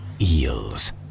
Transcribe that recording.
eels